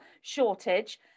shortage